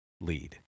lead